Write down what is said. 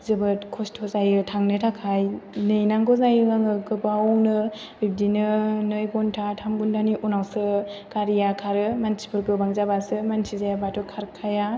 जोबोद खस्थ' जायो थांनो थाखाय नेनांगौ जायो आङो गोबावनो बिब्दिनो नै घन्टा थाम घन्टानि उनावसो गारिया खारो मानसिफोर गोबां जाबासो मानसिफोर जायाबाथ' खारखाया